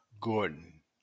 Gordon